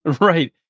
Right